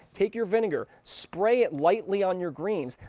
take your finger, spray it likely on your greens,